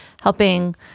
helping